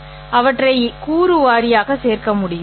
நான் அவற்றை கூறு வாரியாக சேர்க்க முடியும்